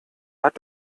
hat